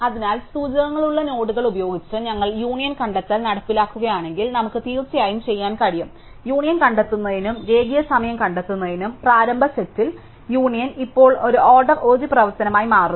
അതിനാൽ സൂചകങ്ങളുള്ള നോഡുകൾ ഉപയോഗിച്ച് ഞങ്ങൾ യൂണിയൻ കണ്ടെത്തൽ നടപ്പിലാക്കുകയാണെങ്കിൽ നമുക്ക് തീർച്ചയായും ചെയ്യാൻ കഴിയും യൂണിയൻ കണ്ടെത്തുന്നതിനും രേഖീയ സമയം കണ്ടെത്തുന്നതിനും പ്രാരംഭ സെറ്റിൽ യൂണിയൻ ഇപ്പോൾ ഒരു ഓർഡർ 1 പ്രവർത്തനമായി മാറുന്നു